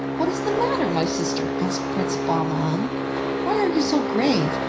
what is the matter, my sister? asked prince bahman why are you so grave?